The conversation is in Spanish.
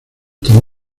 tomó